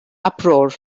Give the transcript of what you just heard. uproar